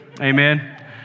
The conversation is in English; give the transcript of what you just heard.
Amen